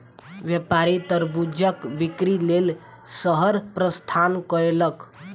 व्यापारी तरबूजक बिक्री लेल शहर प्रस्थान कयलक